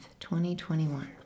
2021